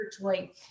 virtually